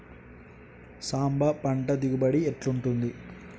సాంబ పంట దిగుబడి ఎట్లుంటది?